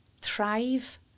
thrive